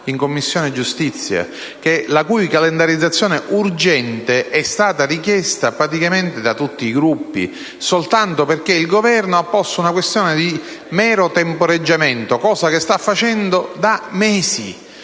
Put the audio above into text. in Commissione giustizia. Ricordo che la calendarizzazione urgente estata richiesta praticamente da tutti i Gruppi. Il Governo ha posto una questione di mero temporeggiamento, cosa che sta facendo da mesi: